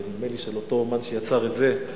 נדמה לי של אותו אמן שיצר את זה,